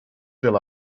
fill